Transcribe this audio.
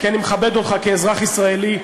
כי אני מכבד אותך כאזרח ישראלי,